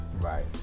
Right